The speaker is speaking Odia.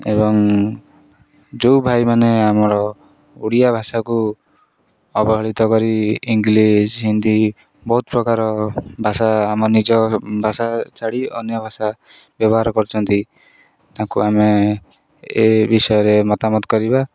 ଏବଂ ଯେଉଁ ଭାଇମାନେ ଆମର ଓଡ଼ିଆ ଭାଷାକୁ ଅବହେଳିତ କରି ଇଂଲିଶ ହିନ୍ଦୀ ବହୁତ ପ୍ରକାର ଭାଷା ଆମ ନିଜ ଭାଷା ଛାଡ଼ା ଅନ୍ୟ ଭାଷା ବ୍ୟବହାର କରୁଛନ୍ତି ତାଙ୍କୁ ଆମେ ଏ ବିଷୟରେ ମତାମତ କରିବା